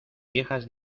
viejas